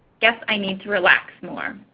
guess i need to relax more.